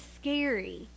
scary